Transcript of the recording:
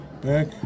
back